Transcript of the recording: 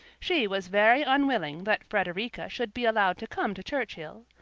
she was very unwilling that frederica should be allowed to come to churchhill,